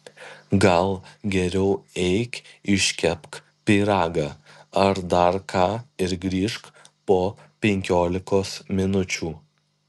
gal geriau eik iškepk pyragą ar dar ką ir grįžk po penkiolikos minučių